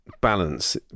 balance